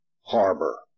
harbor